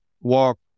walk